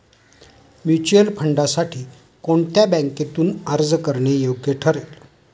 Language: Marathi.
म्युच्युअल फंडांसाठी कोणत्या बँकेतून अर्ज करणे योग्य ठरेल?